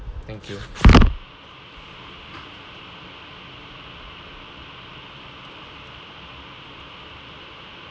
thank you